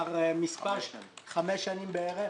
חמש שנים בערך.